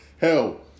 Hell